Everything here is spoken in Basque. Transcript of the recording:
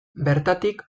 bertatik